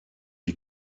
die